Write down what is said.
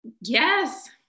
Yes